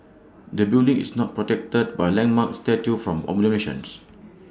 the building is not protected by landmark status from demolition